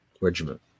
Regiment